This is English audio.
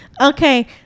Okay